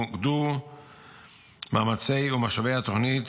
מוקדו מאמצי ומשאבי התוכנית